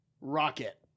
rocket